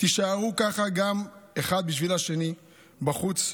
הישארו ככה אחד בשביל השני גם בחוץ,